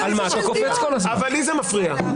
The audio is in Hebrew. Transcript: לי זה מפריע.